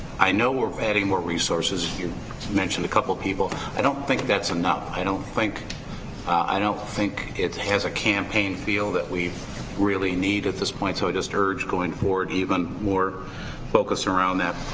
i know we're adding more resources, you mentioned a couple people, i don't think that's enough. i don't i don't think it has a campaign feel that we really need at this point. so i just urge going forward even more focus around that.